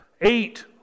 Eight